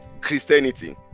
Christianity